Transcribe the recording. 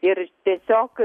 ir tiesiog